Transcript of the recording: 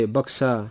Baksa